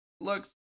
looks